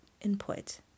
input